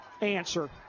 answer